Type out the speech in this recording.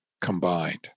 combined